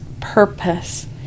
Purpose